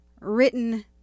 written